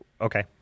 Okay